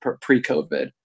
pre-COVID